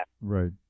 Right